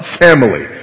family